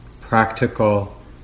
practical